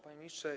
Panie Ministrze!